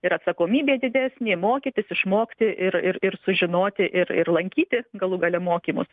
ir atsakomybė didesnė mokytis išmokti ir ir ir sužinoti ir ir lankyti galų gale mokymus